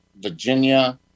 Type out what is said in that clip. Virginia